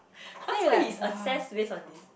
household he's assessed based on this